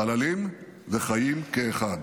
חללים וחיים כאחד.